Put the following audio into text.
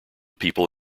people